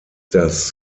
das